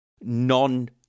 non